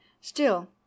Still